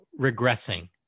regressing